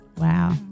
Wow